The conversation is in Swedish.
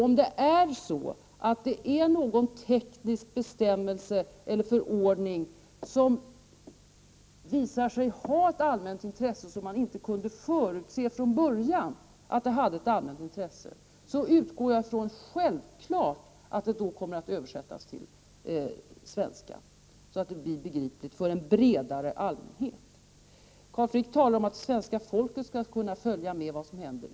Om det är så att någon teknisk bestämmelse eller förordning visar sig ha ett allmänt intresse som man inte kunde förutse från början att den hade, utgår jag som självklart från att den då kommer att översättas till svenska, så att den blir begriplig för en bredare allmänhet. Carl Frick talar om att svenska folket skall kunna följa med vad som händer.